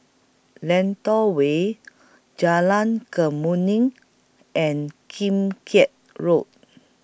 Lentor Way Jalan Kemuning and Kim Keat Road